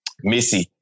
Missy